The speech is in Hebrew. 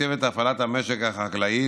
לתקצב את הפעלת המשק החקלאי,